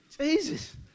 Jesus